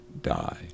die